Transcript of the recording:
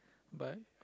but